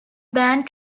band